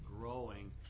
growing